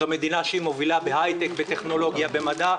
זו מדינה שהיא מובילה בהייטק, בטכנולוגיה, במדע.